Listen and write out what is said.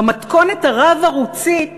במתכונת הרב-ערוצית